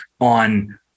on